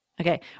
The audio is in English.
Okay